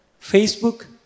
Facebook